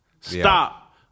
Stop